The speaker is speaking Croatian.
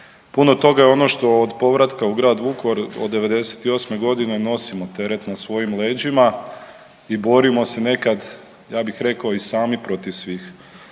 puno toga je ono što od povratka u grad Vukovar od '98.g. nosimo teret na svojim leđima i borimo se nekad, ja bih rekao i sami protiv svih.